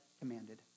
commanded